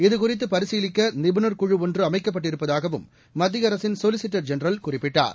இதுகுறித்து பரிசீலிக்க நிபுணர் குழு ஒன்று அமைக்கப்பட்டிருப்பதாகவும் மத்திய அரசின் சொலிசிட்டர் ஜென்ரல் குறிப்பிட்டார்